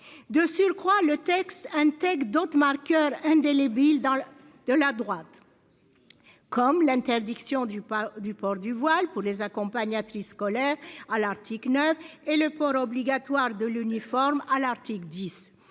de surcroît le texte, texte d'autres marqueurs indélébiles dans le de la droite. Comme l'interdiction du port du port du voile pour les accompagnatrices scolaires à l'Arctique neuve et le port obligatoire de l'uniforme à l'article 10,